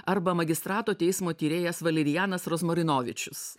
arba magistrato teismo tyrėjas valerijanas rozmarinovičius